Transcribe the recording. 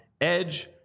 edge